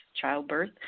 childbirth